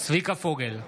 צביקה פוגל,